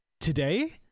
Today